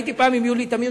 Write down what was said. הייתי פעם עם יולי תמיר,